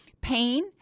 pain